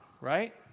right